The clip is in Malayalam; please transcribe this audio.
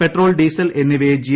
പെട്രോൾ ഡീസൽ എന്നിവയെ ജി